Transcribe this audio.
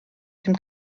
dem